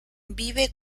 vive